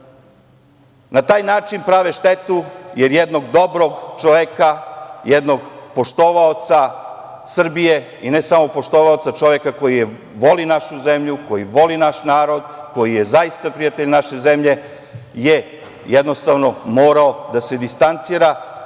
na taj način prave štetu jer jednog dobrog čoveka, jednog poštovaoca Srbije i ne samo poštovaoca, čoveka koji voli našu zemlju, koji voli naš narod, koji je zaista prijatelj naše zemlje, je morao da se distancira od